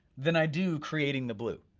than i do creating the blue,